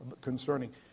concerning